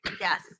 yes